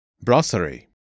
Brasserie